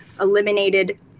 eliminated